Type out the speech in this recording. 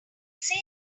see